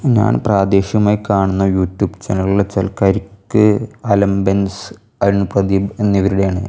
ഞാൻ പ്രാദേശികമായി കാണുന്ന യൂട്യൂബ് ചാനൽ വച്ചാൽ കരിക്ക് അലമ്പൻസ് അരുൺ പ്രദീപ് എന്നിവരുടെയാണ്